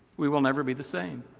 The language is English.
we will never be the same.